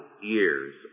years